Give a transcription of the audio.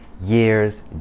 years